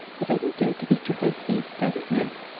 it doesn't do to be too hysty, does it, miss?